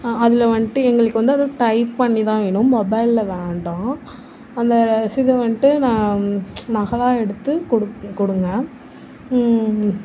ஆ அதில் வந்துட்டு எங்களுக்கு வந்து அதுவும் டைப் பண்ணி தான் வேணும் மொபைலில் வேண்டாம் அந்த ரசீது வந்துட்டு நா நகலாக எடுத்து கொடு கொடுங்கள்